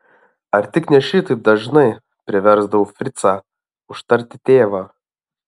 ar tik ne šitaip dažnai priversdavau fricą užtarti tėvą